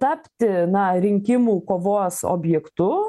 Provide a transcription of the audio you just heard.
tapti na rinkimų kovos objektu